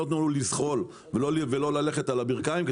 לא נתנו לנו לזחול ולא ללכת על הברכיים,